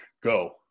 go